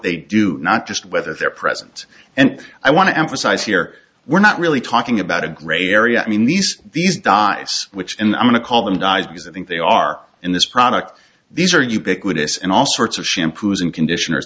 they do not just whether they're present and i want to emphasize here we're not really talking about a gray area i mean these these dots which and i'm going to call them dies because i think they are in this product these are ubiquitous and all sorts of shampoos and conditioners